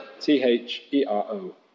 T-H-E-R-O